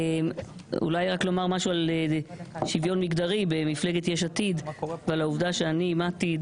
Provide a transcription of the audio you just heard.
רק אומר משהו על שוויון מגדרי במפלגת יש עתיד ועל העובדה שאני מטי,